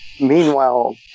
meanwhile